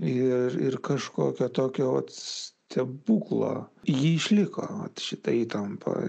ir ir kažkokio tokio stebuklo ji išliko šita įtampa